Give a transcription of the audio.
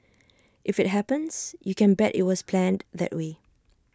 if IT happens you can bet IT was planned that way